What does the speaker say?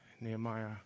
Nehemiah